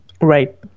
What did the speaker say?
Right